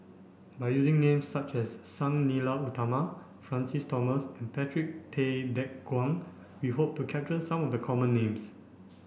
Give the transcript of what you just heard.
by using names such as Sang Nila Utama Francis Thomas and Patrick Tay Teck Guan we hope to capture some of the common names